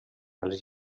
els